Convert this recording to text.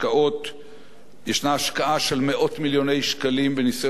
מאות מיליוני שקלים בניסיון לקדם נושאים שקשורים לעורף.